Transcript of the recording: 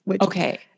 Okay